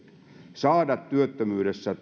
aikaansaamisesta työttömyydessä